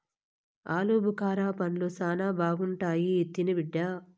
ఆలుబుకారా పండ్లు శానా బాగుంటాయి తిను బిడ్డ